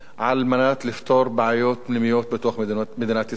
על מנת לפתור בעיות פנימיות בתוך מדינת ישראל.